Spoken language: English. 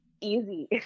easy